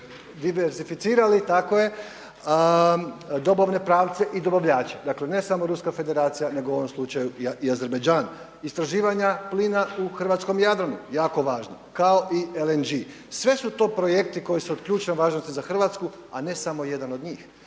bi diverzificirali tako je, dobavne pravce i dobavljače. Dakle, ne samo Ruska federacija nego u ovom slučaju i Azerbajdžan. Istraživanja plina u hrvatskom Jadranu jako važna kao i LNG. Sve su to projekti koji su od ključne važnosti za Hrvatsku, a ne samo jedan od njih.